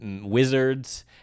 wizards